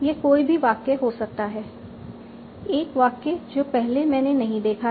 यह कोई भी वाक्य हो सकता है एक वाक्य जो पहले मैंने नहीं देखा है